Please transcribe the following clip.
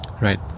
Right